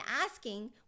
asking